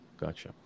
Gotcha